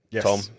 Tom